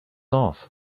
off